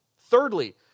Thirdly